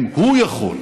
אם הוא יכול